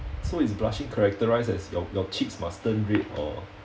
so is blushing characterised as your your cheeks must turn red or